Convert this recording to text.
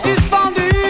Suspendu